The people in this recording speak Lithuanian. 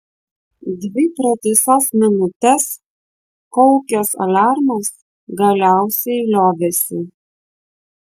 dvi pratisas minutes kaukęs aliarmas galiausiai liovėsi